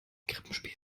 krippenspiel